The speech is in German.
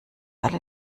alle